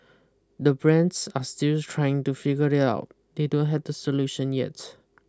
the brands are still trying to figure it out they don't have the solution yet